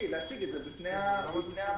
להציג את זה בפני הוועדה.